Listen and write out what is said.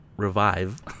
revive